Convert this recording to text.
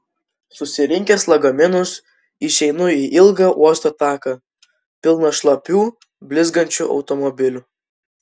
susirinkęs lagaminus išeinu į ilgą uosto taką pilną šlapių blizgančių automobilių